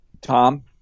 Tom